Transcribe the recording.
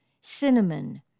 cinnamon